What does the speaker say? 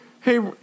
Hey